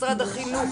משרד החינוך,